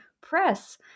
Press